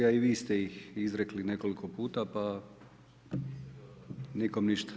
A i vi ste ih izrekli nekoliko puta, pa nikom ništa.